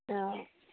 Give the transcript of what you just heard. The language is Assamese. অঁ